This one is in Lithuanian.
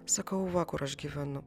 sakau va kur aš gyvenu